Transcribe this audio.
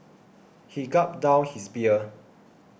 he gulped down his beer